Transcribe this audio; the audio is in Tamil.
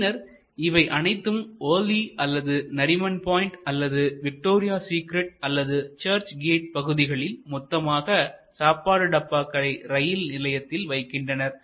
பின்னர் இவை அனைத்தும் ஒர்லி அல்லது நரிமன் பாயிண்ட் அல்லது விக்டோரியா டெர்மினஸ் அல்லது சர்ச் கேட் பகுதியில் மொத்தமாக சாப்பாட்டு டப்பாக்களை ரயில் நிலையத்தில் வைக்கின்றனர்